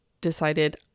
decided